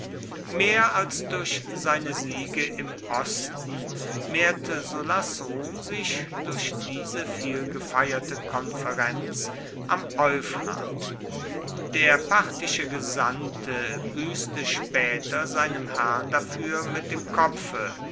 mehr als durch seine siege im osten mehrte sullas ruhm sich durch diese vielgefeierte konferenz am euphrat der parthische gesandte büßte später seinem herrn dafür mit dem kopfe